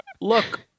Look